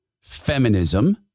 feminism